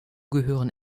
gehören